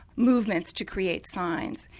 movements to create signs.